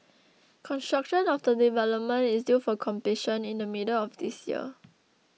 construction of the development is due for completion in the middle of this year